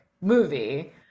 movie